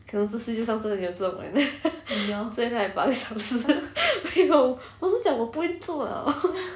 半小时没有我都讲我不会做 liao